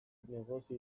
negozio